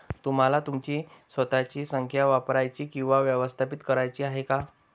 तुम्हाला तुमची स्वतःची संख्या वापरायची किंवा व्यवस्थापित करायची आहे का?